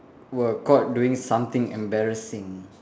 were caught doing something embarrassing